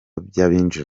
by’abinjira